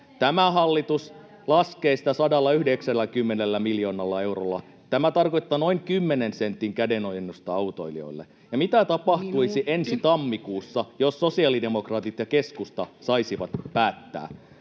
Tämä hallitus laskee sitä 190 miljoonalla eurolla. Tämä tarkoittaa noin 10 sentin kädenojennusta autoilijoille. [Puhemies: Minuutti!] Ja mitä tapahtuisi ensi tammikuussa, jos sosiaalidemokraatit ja keskusta saisivat päättää?